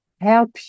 help